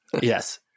Yes